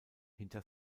hinter